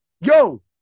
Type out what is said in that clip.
Yo